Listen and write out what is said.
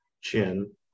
chin